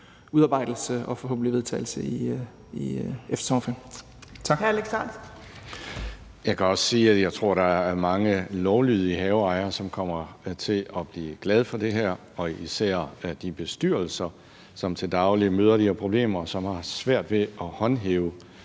udarbejdelse og forhåbentlig vedtagelse efter sommerferien.